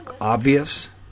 obvious